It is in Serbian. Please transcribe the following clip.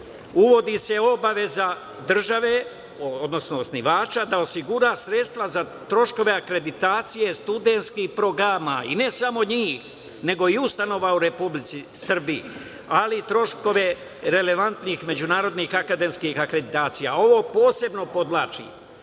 uvodi se obaveza države odnosno osnivača da osigura sredstva za troškove akreditacije studentskih programa i ne samo njih, nego i ustanova u Republici Srbiji, ali troškove relevantnih međunarodnih akademskih akreditacija. Ovo posebno podvlačim,